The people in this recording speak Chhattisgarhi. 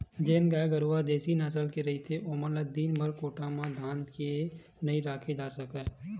जेन गाय गरूवा ह देसी नसल के रहिथे ओमन ल दिनभर कोठा म धांध के नइ राखे जा सकय